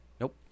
Nope